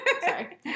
sorry